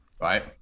right